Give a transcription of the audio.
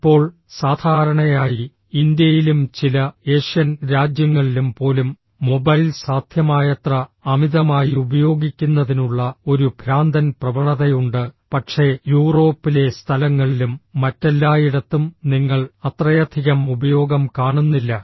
ഇപ്പോൾ സാധാരണയായി ഇന്ത്യയിലും ചില ഏഷ്യൻ രാജ്യങ്ങളിലും പോലും മൊബൈൽ സാധ്യമായത്ര അമിതമായി ഉപയോഗിക്കുന്നതിനുള്ള ഒരു ഭ്രാന്തൻ പ്രവണതയുണ്ട് പക്ഷേ യൂറോപ്പിലെ സ്ഥലങ്ങളിലും മറ്റെല്ലായിടത്തും നിങ്ങൾ അത്രയധികം ഉപയോഗം കാണുന്നില്ല